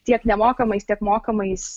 tiek nemokamais tiek mokamais